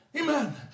Amen